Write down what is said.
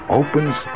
opens